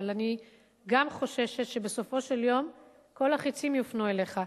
אבל אני גם חוששת שבסופו של יום כל החצים יופנו אליך.